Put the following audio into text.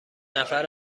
نفر